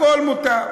הכול מותר.